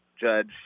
judge